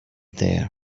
there